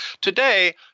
today